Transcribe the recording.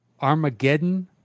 Armageddon